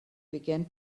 began